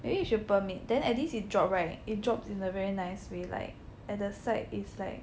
maybe you should perm it then at least it drop right it drops in a very nice way like at the side it's like